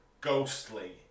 ghostly